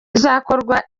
izakorwa